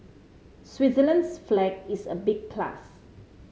Switzerland's flag is a big plus